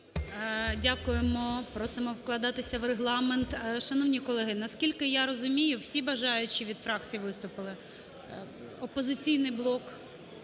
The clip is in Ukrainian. Дякуємо. Просимо вкладатися в регламент. Шановні колеги, наскільки я розумію, всі бажаючі від фракцій виступили. "Опозиційний блок"?